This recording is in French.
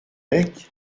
bec